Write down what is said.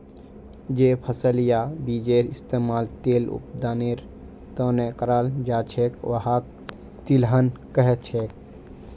जे फसल या बीजेर इस्तमाल तेल उत्पादनेर त न कराल जा छेक वहाक तिलहन कह छेक